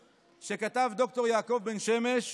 שכתב ד"ר יעקב בן שמש,